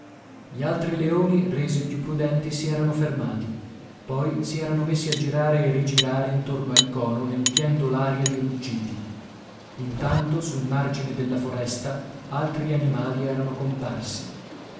gli altri leoni resi più prudenti si erano fermati poi si erano messi a girare e rigirare intorno al cono empiendo l'aria di ruggiti intanto sul margine della foresta altri animali erano comparsi